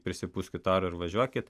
prisipūskit oro ir važiuokit